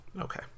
Okay